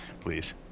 Please